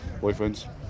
boyfriends